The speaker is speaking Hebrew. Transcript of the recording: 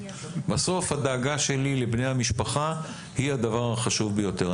בסוף הדאגה שלי לבני המשפחה היא הדבר החשוב ביותר.